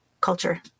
culture